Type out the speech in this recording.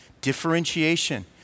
differentiation